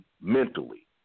mentally